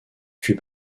fut